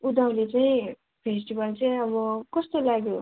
उँधौली चाहिँ फेस्टिबल चाहिँ अब कस्तो लाग्यो